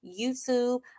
YouTube